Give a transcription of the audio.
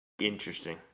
Interesting